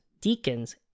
deacons